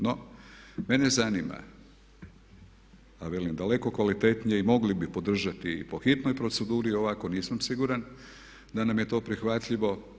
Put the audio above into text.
No, mene zanima, a velim daleko kvalitetnije i mogli bi podržati i po hitnoj proceduri ovako nisam siguran da nam je to prihvatljivo.